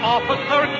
Officer